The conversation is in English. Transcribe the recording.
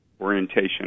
orientation